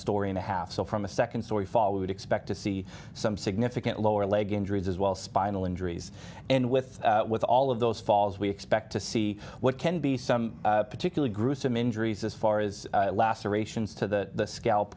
story and a half so from a second story fall we would expect to see some significant lower leg injuries as well spinal injuries and with with all of those falls we expect to see what can be some particularly gruesome injuries as far as lacerations to the scalp